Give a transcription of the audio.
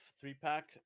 three-pack